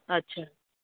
अछा